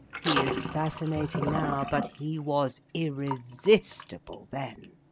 he is fascinating now, but he was irresistible then.